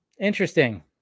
Interesting